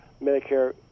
Medicare